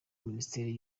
minisiteri